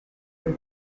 from